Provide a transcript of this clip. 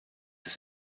des